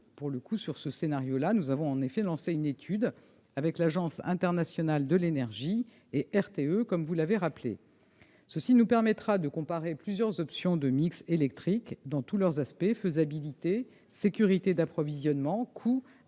dernier scénario, nous avons, il est vrai, lancé une étude avec l'Agence internationale de l'énergie et RTE. Ce travail nous permettra de comparer plusieurs options de mix électrique dans tous leurs aspects : faisabilité, sécurité d'approvisionnement, coûts,